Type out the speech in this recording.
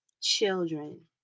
children